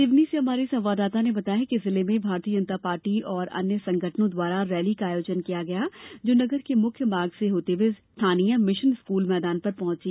सिवनी से हमारे संवाददाता ने बताया है कि जिले में भारतीय जनता पार्टी और अन्य संगठनों द्वारा रैली का आयोजन किया गया जो नगर के मुख्य मार्ग से होते हुए स्थानीय मिशन स्कूल मैदान पर पहुंची